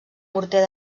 morter